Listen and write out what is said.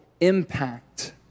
impact